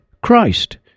Christ